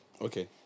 Okay